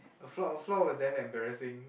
floor floor was damn embarrassing